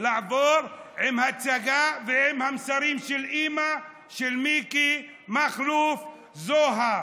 עם הצגה ועם המסרים של אימא של מיקי מכלוף זוהר.